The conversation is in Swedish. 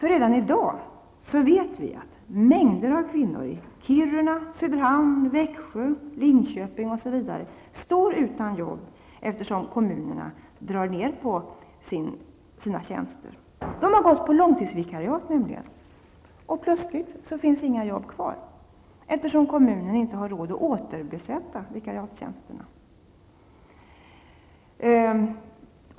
Redan i dag vet vi att mängder av kvinnor i Kiruna, Söderhamn, Växjö, Linköping osv. står utan jobb, eftersom kommunerna drar ner på sina tjänster. De har gått på långtidsvikariat. Plötsligt finns inga jobb kvar, eftersom kommunen inte har råd att återbesätta vikariatstjänsterna.